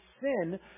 sin